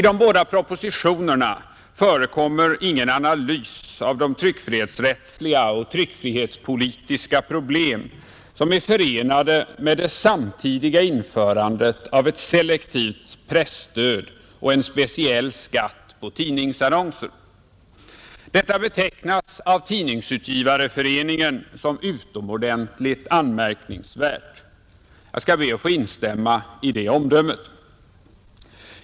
De båda propositionerna innehåller inte någon analys av de tryckfrihetsrättsliga och tryckfrihetspolitiska problem som är förenade med det samtidiga införandet av ett selektivt presstöd och en speciell skatt på tidningsannonser, Detta betecknas av Tidningsutgivareföreningen som utomordentligt anmärkningsvärt. Jag skall be att få instämma i detta omdöme.